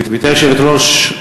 גברתי היושבת-ראש,